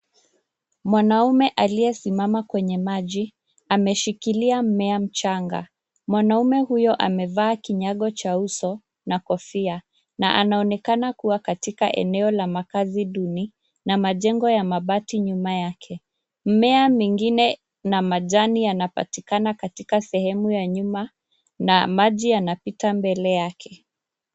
Mwanaume aliyesimama kwenye maji ameshikilia mmea mchanga. Mwanaume huyo amevaa kinyago cha uso na kofia na anaonekana kuwa katika eneo la makaazi duni na majengo ya mabati nyuma yake. Mmea mingine na majani yanapatikana katika sehemu ya nyuma na maji yanapita mbele yake.